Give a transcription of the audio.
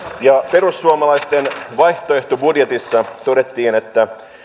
perussuomalaisten vaihtoehtobudjetissa todettiin että